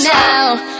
now